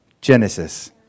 Genesis